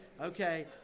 okay